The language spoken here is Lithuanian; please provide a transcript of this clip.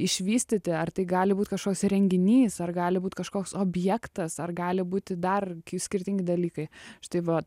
išvystyti ar tai gali būt kažkoks įrenginys ar gali būt kažkoks objektas ar gali būti dar skirtingi dalykai štai va